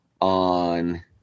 on